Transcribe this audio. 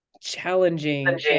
challenging